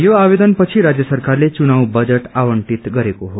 यो आवेदन पछि राज्य सरकारले घुनाव बजट आवण्टित गरेको हो